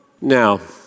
Now